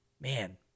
Man